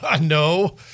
no